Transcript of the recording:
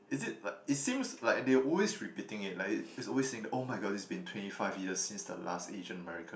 is it like it seems like they always repeating it like it it's always saying that my god it's been twenty five years since the last Asian American